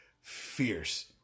fierce